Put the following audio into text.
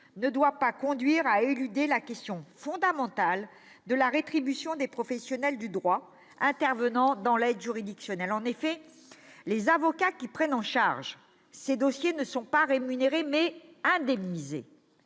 ne doit pas conduire à éluder la question fondamentale de la rétribution des professionnels du droit intervenant dans l'aide juridictionnelle. En effet, les avocats qui prennent en charge ces dossiers ne sont pas rémunérés, mais « indemnisés